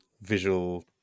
visual